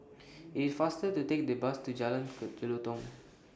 IT IS faster to Take The Bus to Jalan Jelutong